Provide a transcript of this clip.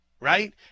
right